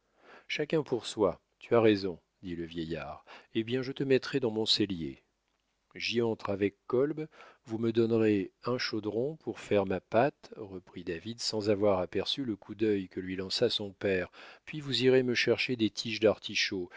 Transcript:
chacun pour soi tu as raison dit le vieillard eh bien je te mettrai dans mon cellier j'y entre avec kolb vous me donnerez un chaudron pour faire ma pâte reprit david sans avoir aperçu le coup d'œil que lui lança son père puis vous irez me chercher des tiges d'artichaut